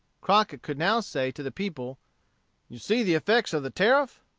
crockett could now say to the people you see the effects of the tariff.